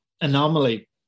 anomaly